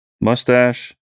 Mustache